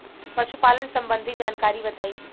पशुपालन सबंधी जानकारी बताई?